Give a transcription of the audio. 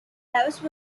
house